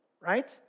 right